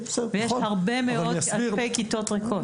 ויש הרבה מאוד אלפי כיתות ריקות.